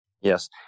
Yes